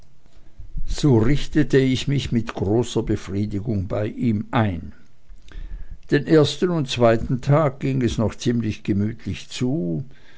so richtete ich mich mit großer befriedigung bei ihm ein den ersten und zweiten tag ging es noch ziemlich gemütlich zu